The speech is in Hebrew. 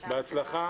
בהצלחה.